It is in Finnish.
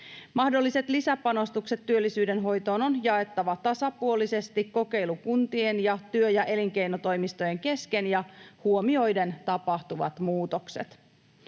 Mahdolliset lisäpanostukset työllisyyden hoitoon on jaettava tasapuolisesti kokeilukuntien ja työ- ja elinkeinotoimistojen kesken ja huomioiden tapahtuvat muutokset.